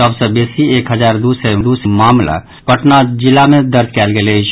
सभ सँ बेसी एक हजार दू सय दू मामिला पटना जिला मे दर्ज कयल गेल अछि